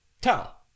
tell